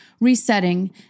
resetting